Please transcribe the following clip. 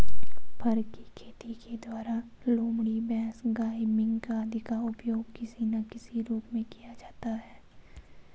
फर की खेती के द्वारा लोमड़ी, भैंस, गाय, मिंक आदि का उपयोग किसी ना किसी रूप में किया जाता है